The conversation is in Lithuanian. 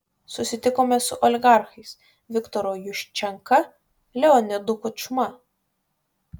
susitikome su oligarchais viktoru juščenka leonidu kučma